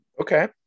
Okay